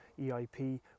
EIP